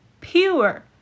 pure